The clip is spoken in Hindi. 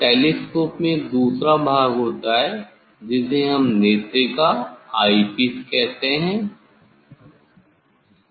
तो अब टेलीस्कोप में एक दूसरा भाग होता है जिसे हम नेत्रिका ऑइपीस कहते हैं